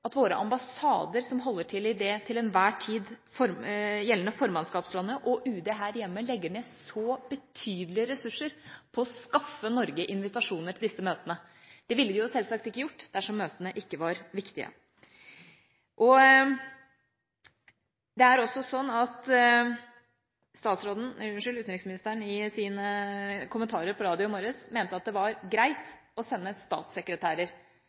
våre ambassader som holder til i det til enhver tid gjeldende formannskapslandet, og UD her hjemme legger ned så betydelige ressurser for å skaffe Norge invitasjoner til disse møtene. Det ville de selvsagt ikke gjort dersom møtene ikke var viktige. I sine kommentarer på radio i morges mente utenriksministeren også at det var greit å sende statssekretærer. Ja, det kan være greit å sende statssekretærer